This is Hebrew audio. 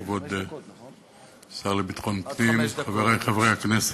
כבוד השר לביטחון פנים, חברי חברי הכנסת,